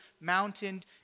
mountain